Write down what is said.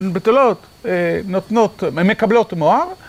בתולות נותנות, אה מקבלות מוהר,